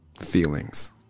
feelings